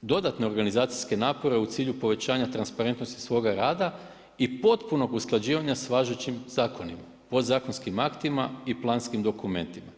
dodatne organizacijske napore u cilju povećanja transparentnosti svoga rada i potpunim usklađivanja sa važećim zakonima, podzakonskim aktima i planskim dokumentima.